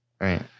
Right